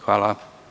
Hvala.